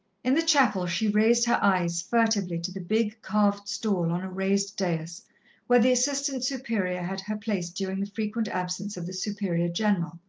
in the chapel, she raised her eyes furtively to the big, carved stall on a raised dais where the assistant superior had her place during the frequent absence of the superior-general.